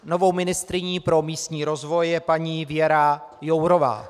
Novou ministryní pro místní rozvoj je paní Věra Jourová.